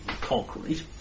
concrete